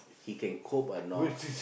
he can cope or not